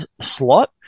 slot